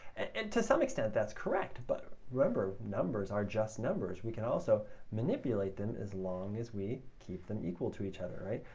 and to some extent that's correct, but remember, numbers are just numbers. we can also manipulate them as long as we keep them equal to each other, right?